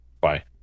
Bye